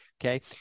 okay